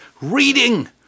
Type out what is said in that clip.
Reading